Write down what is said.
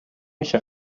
mich